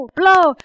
blow